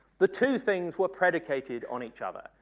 the two things were predicated on each other.